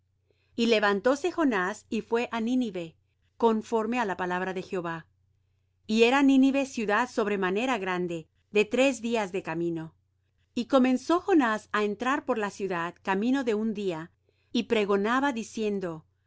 y levantóse jonás y fué á nínive conforme á la palabra de jehová y era nínive ciudad sobremanera grande de tres días de camino y comenzó jonás á entrar por la ciudad camino de un día y pregonaba diciendo